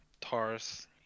TARS